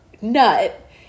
nut